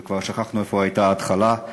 וכבר שכחנו איפה הייתה ההתחלה של